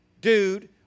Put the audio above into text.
dude